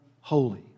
holy